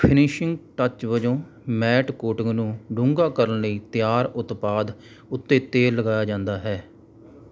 finishing touch ਵਜੋਂ matte coating ਨੂੰ ਡੂੰਘਾ ਕਰਨ ਲਈ ਤਿਆਰ ਉਤਪਾਦ ਉੱਤੇ ਤੇਲ ਲਗਾਇਆ ਜਾਂਦਾ ਹੈ